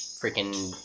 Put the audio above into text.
freaking